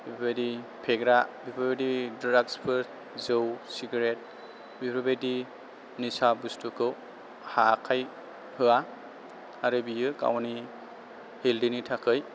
बेफोरबायदि फेग्रा बेफोरबायदि द्रागसफोर जौ सिगरेट बेफोरबायदि निसा बुस्थुखौ आखाय होया आरो बियो गावनि हेल्डिनि थाखै